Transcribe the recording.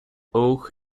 oak